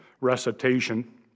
recitation